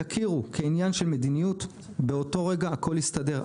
יכירו כעניין של מדיניות, באותו רגע הכול יסתדר.